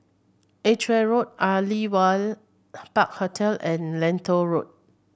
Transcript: Edgware Road Aliwal Park Hotel and Lentor Road